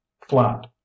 flat